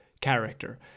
character